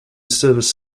services